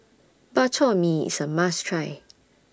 Bak Chor Mee IS A must Try